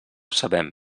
sabem